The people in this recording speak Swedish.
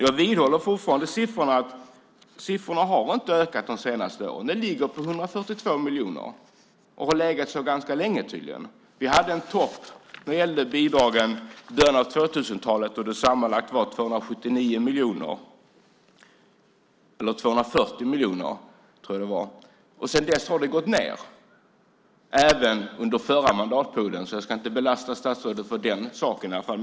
Jag vidhåller fortfarande att siffrorna inte har ökat de senaste åren. De ligger på 142 miljoner och har tydligen gjort så ganska länge. Vi hade en topp när det gäller bidragen i början av 2000-talet då jag tror att de sammanlagt var 240 miljoner. Sedan dess har de gått ned. Och det skedde även under den förra mandatperioden, så jag ska inte lasta statsrådet för den saken.